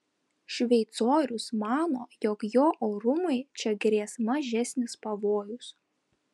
šveicorius mano jog jo orumui čia grės mažesnis pavojus